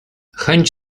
chęć